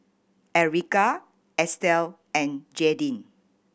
Erika Estel and Jaidyn